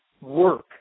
work